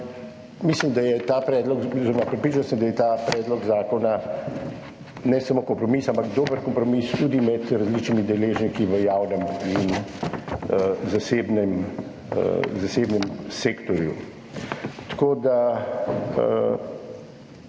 sem, da je ta predlog zakona ne samo kompromis, ampak tudi dober kompromis tudi med različnimi deležniki v javnem in zasebnem sektorju. Mogoče